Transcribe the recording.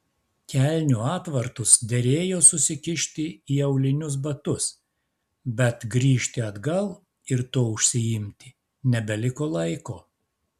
kelnių atvartus derėjo susikišti į aulinius batus bet grįžti atgal ir tuo užsiimti nebeliko laiko